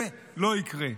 זה לא יקרה.